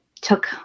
took